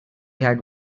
had